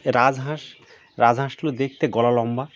রাজহাঁস রাজহাঁসগুলো দেখতে গলা লম্বা